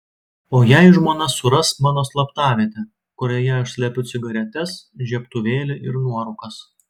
o jei žmona suras mano slaptavietę kurioje aš slepiu cigaretes žiebtuvėlį ir nuorūkas